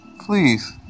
please